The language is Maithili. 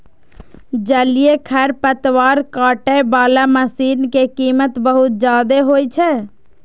जलीय खरपतवार काटै बला मशीन के कीमत बहुत जादे होइ छै